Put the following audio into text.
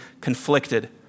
conflicted